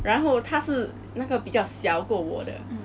然后他是那个比较小过我的